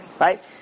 Right